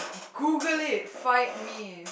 Google it fight me